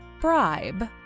bribe